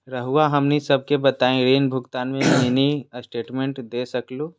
रहुआ हमनी सबके बताइं ऋण भुगतान में मिनी स्टेटमेंट दे सकेलू?